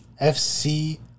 FC